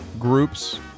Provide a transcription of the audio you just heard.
groups